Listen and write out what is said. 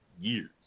years